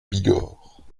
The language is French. bigorre